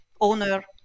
owner